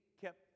kept